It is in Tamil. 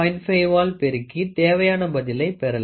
5 ஆல் பெருக்கி தேவையான பதிலை பெறலாம்